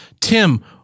Tim